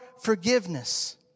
forgiveness